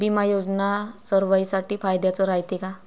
बिमा योजना सर्वाईसाठी फायद्याचं रायते का?